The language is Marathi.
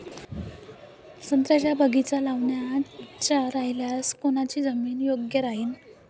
संत्र्याचा बगीचा लावायचा रायल्यास कोनची जमीन योग्य राहीन?